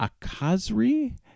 Akazri